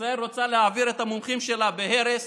וישראל רוצה להעביר את המומחים שלה בהרס